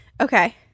Okay